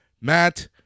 Matt